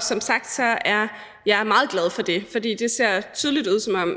Som sagt er jeg meget glad for det, for det ser i lokalområdet tydeligt ud, som om